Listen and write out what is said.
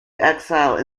exile